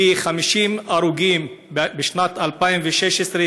כ-50 הרוגים בשנת 2016,